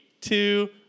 two